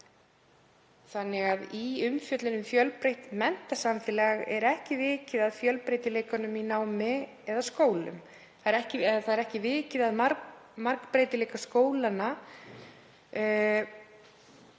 orðum. Í umfjöllun um fjölbreytt menntasamfélag er ekki vikið að fjölbreytileikanum í námi eða skólum. Ekki er vikið að margbreytileika skólanna